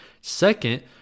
Second